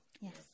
Yes